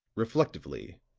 reflectively,